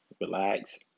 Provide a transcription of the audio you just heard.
relax